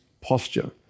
posture